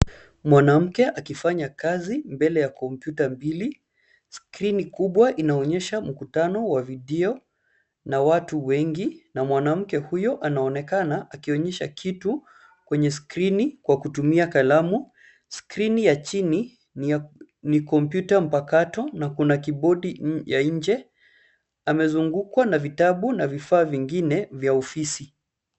Mwanamke akifanya kazi mbele ya kompyuta mbili. Skrini kubwa inaonyesha mkutano wa video, na watu wengi, na mwanamke huyo anaonekana akionyesha kitu kwenye skrini, kwa kutumia kalamu. Skrini ya chini, ni kompyuta mpakato, na kuna kibodi ya nje. Amezungukwa na vitabu na vifaa vingine, vya ofisi.